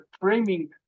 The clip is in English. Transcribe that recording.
framing